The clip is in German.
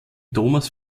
thomas